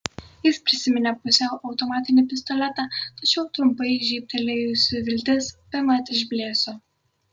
jis prisiminė pusiau automatinį pistoletą tačiau trumpai žybtelėjusi viltis bemat išblėso